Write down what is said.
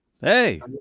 Hey